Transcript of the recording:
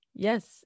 Yes